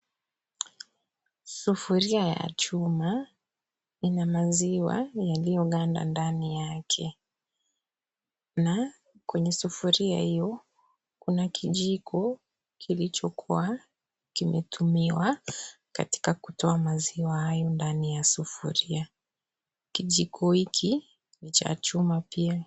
Sufuria ya chuma ina maziwa yaliyoganda ndani yake na kwenye sufuria hiyo kuna kijiko kilichokuwa kimetumiwa katika kutoa maziwa haya ndani ya sufuria. Kijiko hiki ni cha chuma pia.